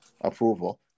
approval